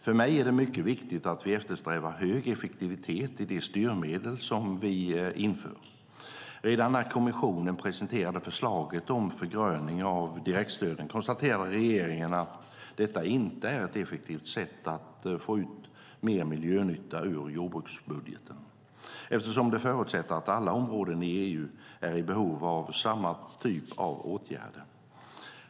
För mig är det mycket viktigt att vi eftersträvar hög effektivitet i de styrmedel vi inför. Redan när kommissionen presenterade förslaget om förgröning av direktstöden konstaterade regeringen att detta inte är ett effektivt sätt att få ut mer miljönytta ur jordbruksbudgeten, eftersom det förutsätter att alla områden i EU är i behov av samma typ av åtgärder.